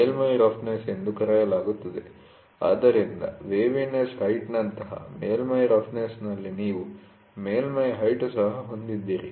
ಆದ್ದರಿಂದ ವೇವಿನೆಸ್ ಹೈಟ್'ನಂತಹ ಮೇಲ್ಮೈ ರಫ್ನೆಸ್'ನಲ್ಲಿ ನೀವು ಮೇಲ್ಮೈ ಹೈಟ್ ಸಹ ಹೊಂದಿದ್ದೀರಿ